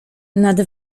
nad